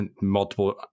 multiple